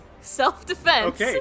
self-defense